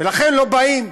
ולכן לא באים,